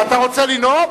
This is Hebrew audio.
אתה רוצה לנאום?